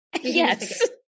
yes